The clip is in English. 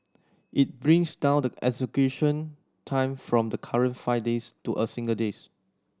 it brings down the execution time from the current five days to a single days